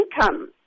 income